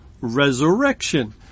resurrection